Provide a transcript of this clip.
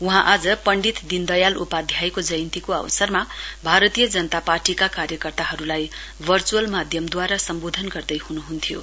वहाँ आज पण्डित दीनदयाल उपाध्यायको जयन्तीको अवसरमा भारतीय जनता पार्टीका कार्यकर्ताहरूलाई भर्च्अल माध्यमद्वारा सम्बोधन गर्दैह्नुहन्थ्यो